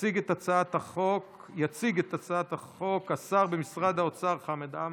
יציג את הצעת החוק השר במשרד האוצר חמד עמאר,